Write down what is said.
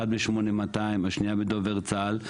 אחת ב-8200 והשנייה בדובר צה"ל.